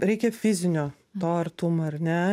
reikia fizinio to artumo ar ne